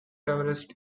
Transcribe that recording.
everest